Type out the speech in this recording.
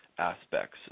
aspects